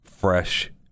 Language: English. fresh